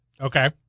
Okay